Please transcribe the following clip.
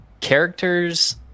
characters